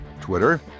Twitter